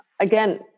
Again